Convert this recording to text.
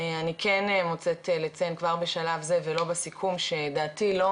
אני כן מוצאת לציין כבר בשלב זה ולא בסיכום שדעתי לא